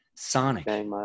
Sonic